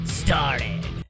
started